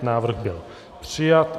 Návrh byl přijat.